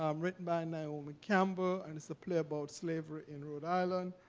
um written by naomi campbell. and it's a play about slavery in rhode island.